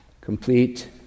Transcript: Complete